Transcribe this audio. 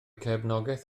cefnogaeth